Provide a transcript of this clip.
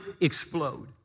explode